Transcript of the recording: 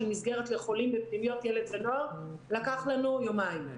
מסגרת לחולים בפנימיות ילד ונוער לקח לנו יומיים.